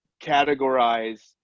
categorize